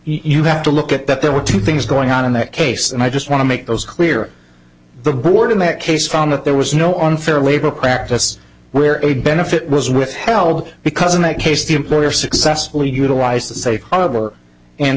you have to look at that there were two things going on in that case and i just want to make those clear the board in that case found that there was no unfair labor practice where a benefit was withheld because in that case the employer successfully utilized the say over and